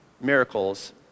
miracles